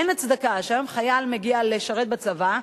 אין הצדקה שהיום חייל מגיע לשרת בצבא,